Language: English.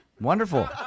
Wonderful